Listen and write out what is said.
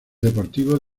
deportivos